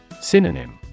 Synonym